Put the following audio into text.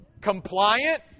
compliant